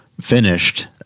finished